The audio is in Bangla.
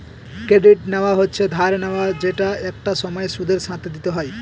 ক্রেডিট নেওয়া হচ্ছে ধার নেওয়া যেটা একটা সময় সুদের সাথে দিতে হয়